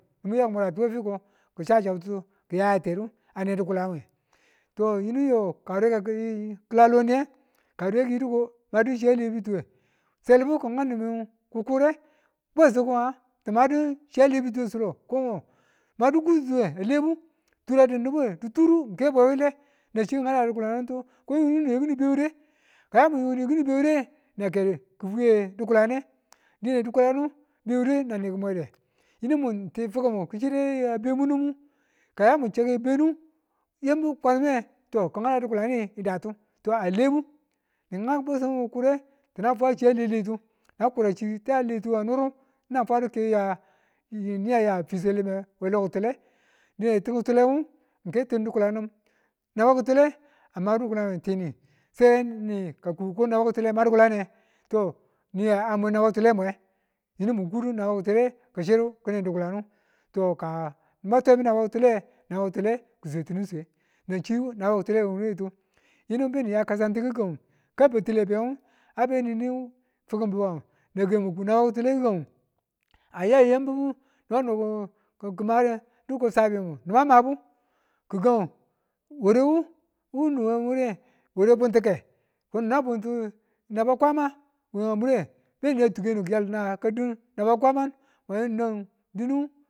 Ni̱bu a ya a muratini wu fiko ki̱ chacabtu ki̱ yaye tedu yayatedu a ne di̱kulanwe to yinu yo kawure ki̱ ki̱la loniye kawure yaki yido ko madu chi a lebutuwa selibu ki ngau nimin ki̱kure bwesim ko nga ti̱ madu chi a lebi̱tuwe ko ngo, madu kututuwe alebu turadu ni̱buwe, dituru kebwe wile nga chi̱ ki̱ hada di̱kulanu yundu niwe ki̱ni bewure ka yi mu ni kini bewure nake ki̱ fwiye di̱kulane, dine di̱kulanu bewure nan ni̱ ki̱mwede. Yinu mun ti fukun mumbu ki chiru ben munu dendu. Ka yamu chake bendu yambi kwame to ki̱ hada di̱kulanu datu to alebu ni ngau bwesim bu min ki̱kure tinang fwa chiya leletu tina kura cita leletu we nuru ti̱nang fwadu ke ya fiswe lime we lo ki̱tule dine tin ki̱tulenmu ketim dikulenem naba kitule amabu dịkulan tini saide ka naba ki̱tule ki̱ma dikalanti niye to niya mwe naba ki̱tule mwe yimu mu kudu naba ki̱tule ki chiru kini dikulan nu, to ka ni ba twaibu naba kitule naba kitule kiswetinu swe, nan chi naba kitule we muretu yinu beni ya kasantu kakanngu kan ngu battile abe nge abeninin fikumangu naba ki̱tule gi̱gang ngu ayan yanbibu niba no ki̱madu ko safimu nibu a mabu gi̱gan warewu wunin naba bunti̱ke mwa buntu naba kwama we nga mure beni ya tukeni̱yadin naba kwama we nang di̱nu